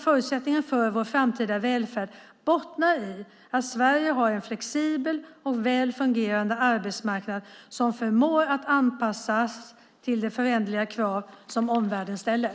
Förutsättningarna för vår framtida välfärd bottnar i att Sverige har en flexibel och väl fungerande arbetsmarknad som förmår att anpassas till de föränderliga krav som omvärlden ställer.